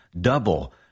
double